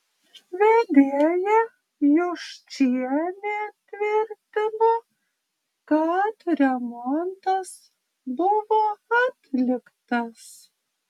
vedėja juščienė tvirtino kad remontas buvo atliktas